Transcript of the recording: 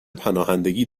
پناهندگی